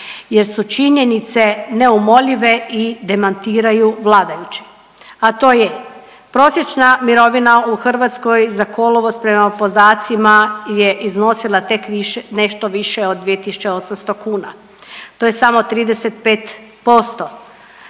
jer su činjenice neumoljive i demantiraju vladajuće, a to je prosječna mirovina u Hrvatskoj za kolovoz prema podacima je iznosila tek više, nešto više od 2.800 kuna. To je samo 35%